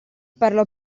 parlò